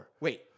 Wait